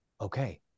Okay